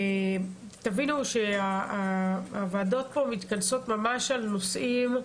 תבינו, הוועדות פה מתכנסות רק על נושאים חשובים,